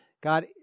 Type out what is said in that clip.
God